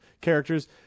characters